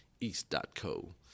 East.co